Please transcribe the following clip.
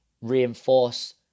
reinforce